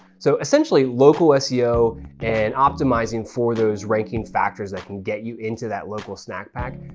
so essentially, local ah seo and optimizing for those ranking factors that can get you into that local snack pack,